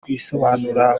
kwisobanura